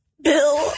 Bill